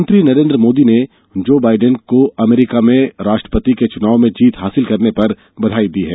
प्रधानमंत्री नरेन्द्र मोदी ने Joe Biden को अमरीका में राष्ट्रपति के चुनाव में जीत हासिल करने पर बधाई दी है